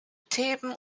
theben